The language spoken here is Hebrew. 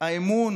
האמון